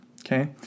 okay